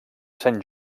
sant